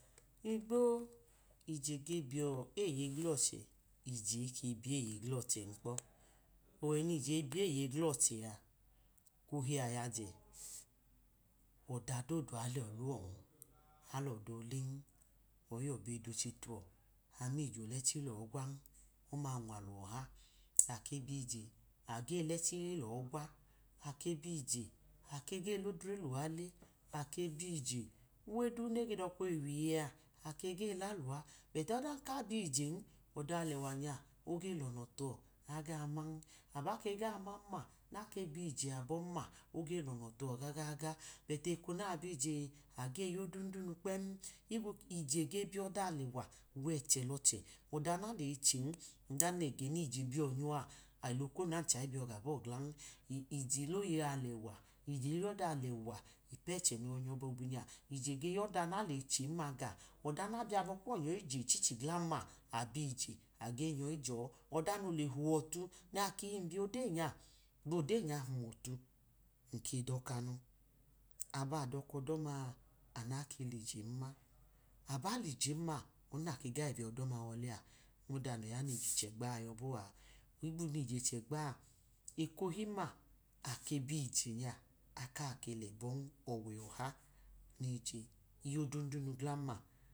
Ɪigbo, ƴe ge biyeye gitochẹ ijeikebi ye eye gitochẹn kpọ, owẹ nje a ohi ayajẹ ọda dodu alẹi ọluwọn, alẹ ọda olẹn, oyi yọ be doche tuọ amije olẹche lọgwan, ọma ugwalu ọha ake buje ije age lẹchi togwa, ake biyije age lodre luwa le, ake biyije uwe duma nedọka owiye a keke ge lahuwa, bọti ọdan ka biye ije ọda alẹwa nobanya ọge lọnọ tuwa aga man, aba ke ga mam-ma, nalee biye ije abọn ma, oge lọnọ tuwa ga-ga-ga bọti eko na biye ije, age yo odunduou kpem, hugbo kye ge biye ọda alewa wẹchẹ lochẹ, ọda nalyi chen ọda nega nije biyo̱ nyọ a okonu amcha ibiyọ gabọ glan, ije uoyeyi alẹwa ije iyọda alẹwa ipuẹechẹ noyọ nya bobunya, ije ge yọda alẹwa naleyi chen, ma gaọ, ọda nubiye abọ kọ nyọyije ichici gam-ma, abiye ye age nyọ iyọ, ọda nole huwọtu nakii nbij odeyu nya, odeyi huwọte nake dokamu aba dọka ọdọma, anu nakilyem-ma, aba lye-m-ma, ọdi nake gaye le biyọdọma wọlẹ, mọda noya nuje chegba yebọa higbi kije chegba, ekọ ohim-ma ake biyeoje nya aka ke lẹbọn owẹ ọha nye iyọdun dundumu glanma.